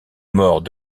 mort